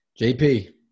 JP